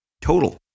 total